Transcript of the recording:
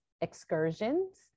excursions